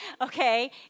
okay